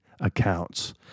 accounts